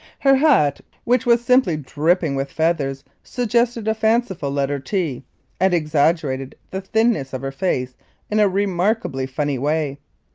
her hat which was simply dripping with feathers suggested a fanciful letter t and exaggerated the thinness of her face in a remarkably funny way.